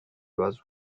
was